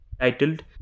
titled